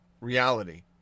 reality